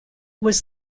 was